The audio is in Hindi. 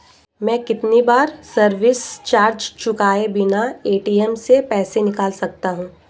मैं कितनी बार सर्विस चार्ज चुकाए बिना ए.टी.एम से पैसे निकाल सकता हूं?